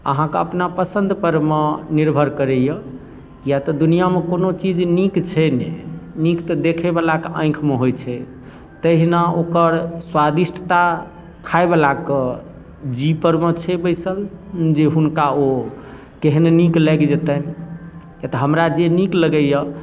अहाँके अपना पसंद परमे निर्भर करैया किआ तऽ दुनियामे कोनो चीज नीक छै नहि नीक तऽ देखै बलाके आँखिमे होइत छै तहिना ओकर स्वादिष्टता खाइ बला कऽ जी पर मऽ छै बैसल जे हुनका ओ केहन नीक लागि जेतनि किआ तऽ हमरा जे नीक लगैया